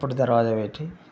అప్పుడు దర్వాజా పెట్టి